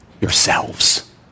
yourselves